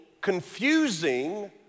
confusing